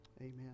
Amen